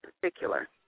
particular